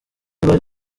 bari